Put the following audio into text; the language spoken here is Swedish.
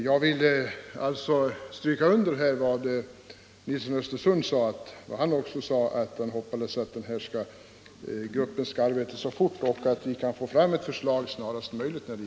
Jag vill än en gång stryka under vad herr Nilsson i Östersund sade, nämligen att vi hoppas att den grupp som sysslar med dessa frågor skall arbeta snabbt så att man kan få fram ett förslag snarast möjligt.